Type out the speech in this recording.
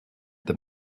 that